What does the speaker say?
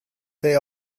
they